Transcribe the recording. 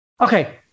Okay